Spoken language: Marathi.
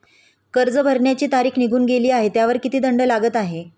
कर्ज भरण्याची तारीख निघून गेली आहे त्यावर किती दंड लागला आहे?